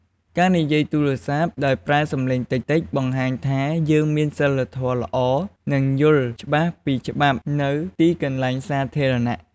ការនិយាយទូរស័ព្ទដោយប្រើសំឡេងតិចៗ បង្ហាញថាយើងមានសីលធម៌ល្អ និងយល់ច្បាស់ពីច្បាប់នៅទីកន្លែងសាធារណៈ។